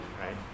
right